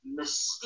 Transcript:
mystique